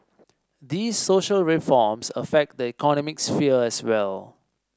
these social reforms affect the economic sphere as well